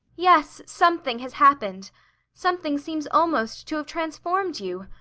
yes something has happened something seems almost to have transformed you.